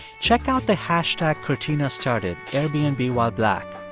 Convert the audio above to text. check out the hashtag quirtina started, airbnbwhileblack.